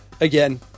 again